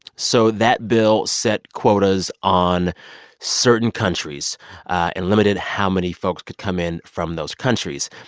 so that bill set quotas on certain countries and limited how many folks could come in from those countries.